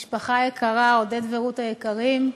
תודה, משפחה יקרה, עודד ורות היקרים,